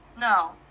No